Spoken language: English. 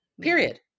Period